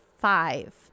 five